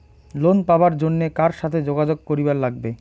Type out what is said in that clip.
Loan পাবার জন্যে কার সাথে যোগাযোগ করিবার লাগবে?